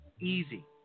Easy